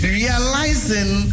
realizing